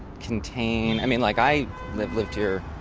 contain i mean, like i lived lived here.